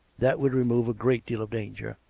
that would remove a great deal of danger.